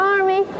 Army